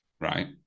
Right